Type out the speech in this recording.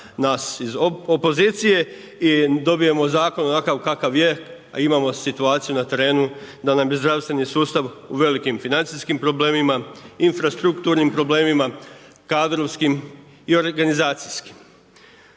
nas iz opozicije i dobijemo zakon onakav kakav je, a imamo situaciju na terenu da nam je zdravstveni sustav u velikim financijskim problemima, infrastrukturnim problemima, kadrovskim i organizacijskim.